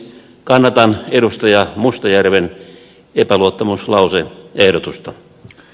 kannatan edustaja mustajärven epäluottamuslause ehdotusta